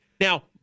Now